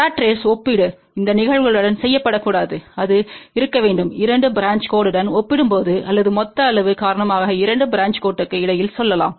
rod race ஒப்பீடு இந்த நிகழ்வுகளுடன் செய்யப்படக்கூடாது அது இருக்க வேண்டும் 2 பிரான்ச்க் கோடுடன் ஒப்பிடும்போது அல்லது மொத்த அளவு காரணமாக 3 பிரான்ச்க் கோட்டுக்கு இடையில் சொல்லலாம்